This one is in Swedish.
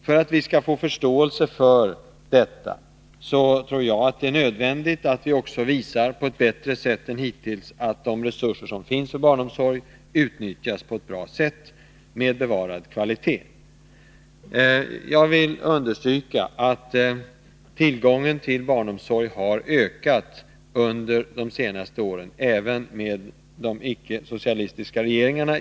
För att vi skall få förståelse för detta tror jag att det är nödvändigt att vi också bättre än hittills visar att de resurser som finns för barnomsorg utnyttjas på ett bra sätt — givetvis med bevarad kvalitet. Jag vill understryka att tillgången till barnomsorg har ökat de senaste åren, under den tid vi har haft icke-socialistiska regeringar.